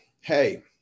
hey